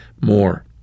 more